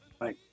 Right